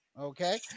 Okay